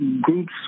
groups